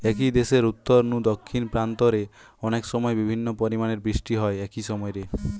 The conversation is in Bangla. একই দেশের উত্তর নু দক্ষিণ প্রান্ত রে অনেকসময় বিভিন্ন পরিমাণের বৃষ্টি হয় একই সময় রে